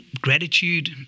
gratitude